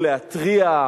הוא להתריע,